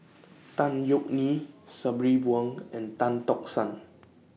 Tan Yeok Nee Sabri Buang and Tan Tock San